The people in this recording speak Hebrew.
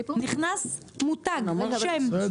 נכנס מותג, שם.